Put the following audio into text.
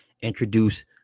introduce